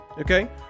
okay